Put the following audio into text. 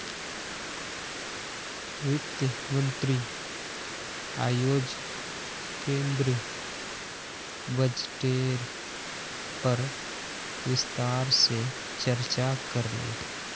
वित्त मंत्री अयेज केंद्रीय बजटेर पर विस्तार से चर्चा करले